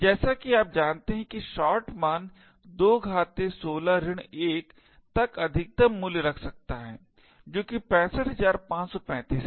जैसा कि आप जानते हैं कि short मान 216 1 तक अधिकतम मूल्य रख सकते हैं जो कि 65535 है